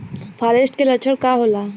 फारेस्ट के लक्षण का होला?